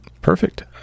perfect